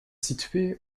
situé